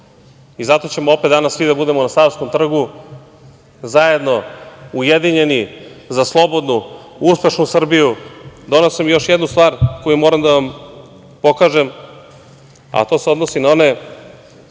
Zato ćemo opet danas svi da budemo na Savskom trgu, zajedno, ujedinjeni, za slobodnu, uspešnu Srbiju. Doneo sam još jednu stvar koju moram da vam pokažem, a to se odnosi na one